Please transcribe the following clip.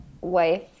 wife